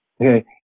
Okay